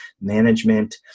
management